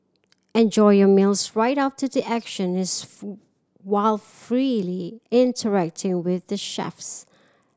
enjoy your meals right after the action is while freely interacting with the chefs